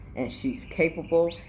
and she's capable,